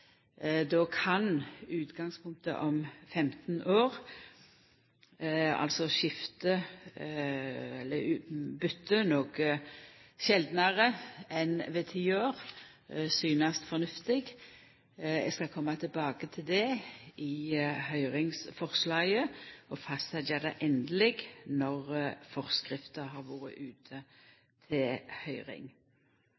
Då kan utgangspunktet på 15 år, altså å bytta noko sjeldnare enn ved ti år, synast fornuftig. Eg skal koma tilbake til det i høyringsforslaget, og fastsetja det endeleg når forskrifta har vore ute